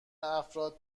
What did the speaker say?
افراد